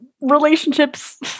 relationships